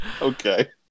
Okay